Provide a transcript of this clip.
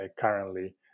currently